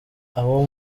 abo